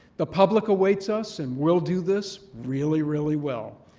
the public awaits us and we'll do this really, really well.